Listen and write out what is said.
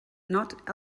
not